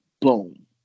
Boom